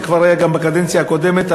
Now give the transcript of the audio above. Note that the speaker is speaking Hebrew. זה היה כבר בקדנציה הקודמת,